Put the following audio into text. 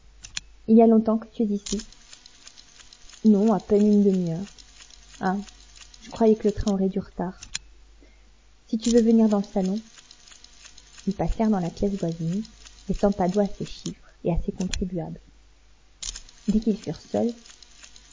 il y a longtemps que tu es ici non à peine une demi-heure ah je croyais que le train aurait du retard si tu veux venir dans le salon ils passèrent dans la pièce voisine laissant padoie à ses chiffres et à ses contribuables dès qu'ils furent seuls